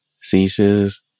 ceases